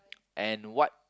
and what